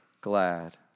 glad